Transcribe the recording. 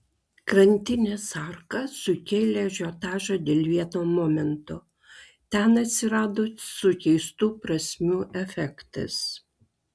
krantinės arka sukėlė ažiotažą dėl vieno momento ten atsirado sukeistų prasmių efektas